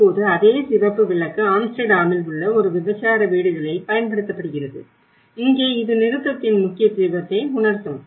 இப்போது அதே சிவப்பு விளக்கு ஆம்ஸ்டர்டாமில் உள்ள ஒரு விபச்சார வீடுகளில் பயன்படுத்தப்படுகிறது இங்கே இது நிறுத்தத்தின் முக்கியத்துவத்தை உணர்த்தும்